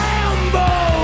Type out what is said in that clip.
Rambo